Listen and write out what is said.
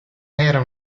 era